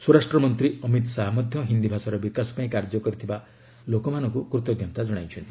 ସ୍ୱରାଷ୍ଟ୍ର ମନ୍ତ୍ରୀ ଅମିତ ଶାହା ମଧ୍ୟ ହିନ୍ଦୀ ଭାଷାର ବିକାଶ ପାଇଁ କାର୍ଯ୍ୟ କରୁଥିବା ଭାଷାବିତ୍ମାନଙ୍କୁ କୃତଜ୍ଞତା ଜ୍ଞାପନ କରିଛନ୍ତି